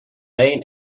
main